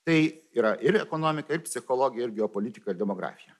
tai yra ir ekonomika ir psichologija ir geopolitika ir demografija